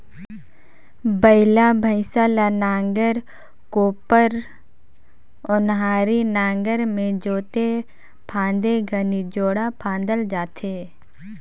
बइला भइसा ल नांगर, कोपर, ओन्हारी नागर मे जोते फादे घनी जोड़ा फादल जाथे